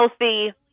healthy